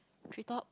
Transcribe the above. tree top